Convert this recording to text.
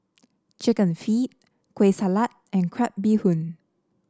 chicken feet Kueh Salat and Crab Bee Hoon